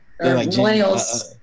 millennials